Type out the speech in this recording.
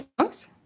songs